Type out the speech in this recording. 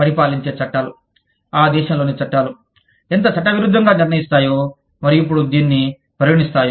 పరిపాలించే చట్టాలు ఆ దేశంలోని చట్టాలు ఎంత చట్టవిరుద్ధంగా నిర్ణయిస్తాయో మరియు ఎపుడు దీనిని పరిగణిస్తాయో